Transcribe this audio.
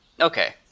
Okay